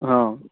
ହଁ